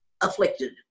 afflicted